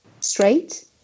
straight